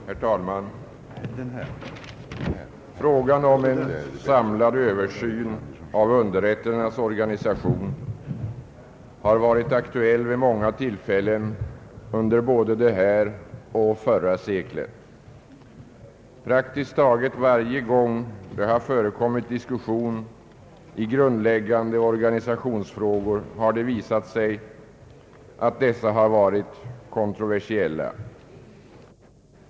Herr talman! Frågan om en samlad översyn av 'underrättens organisation har varit aktuell vid många tillfällen under både detta sekel och det förra. Praktiskt taget varje gång det har förekommit diskussion i grundläggande organisationsfrågor har det visat sig att dessa har varit mer eller mindre kontroversiella.